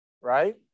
right